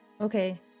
Okay